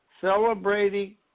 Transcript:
celebrating